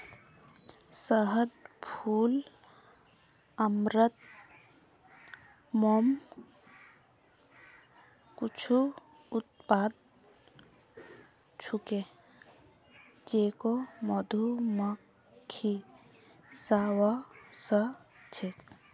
शहद, फूल अमृत, मोम कुछू उत्पाद छूके जेको मधुमक्खि स व स छेक